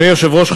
אדוני היושב-ראש,